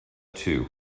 two